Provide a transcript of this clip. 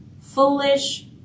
Foolish